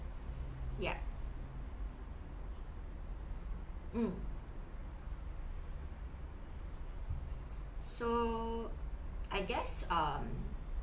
yup mm so I guess um